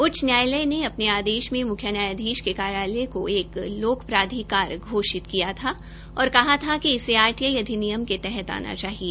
उच्च न्यायालय ने अपने आदेश में म्ख्य न्यायाधीश क कार्यालय को एक लोक प्राधिकारी घोषित किया था और कहा था कि इसे आरटीआई अधिनियम के तहत आना चाहिए